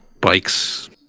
bikes